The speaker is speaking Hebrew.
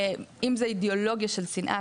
אם זה אידאולוגיה של שנאה,